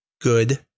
good